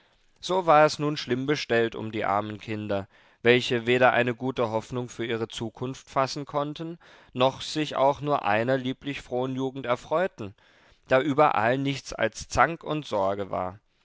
so war es nun schlimm bestellt um die armen kinder welche weder eine gute hoffnung für ihre zukunft fassen konnten noch sich auch nur einer lieblich frohen jugend erfreuten da überall nichts als zank und sorge war